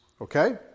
Okay